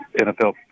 NFL